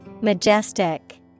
Majestic